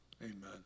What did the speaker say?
Amen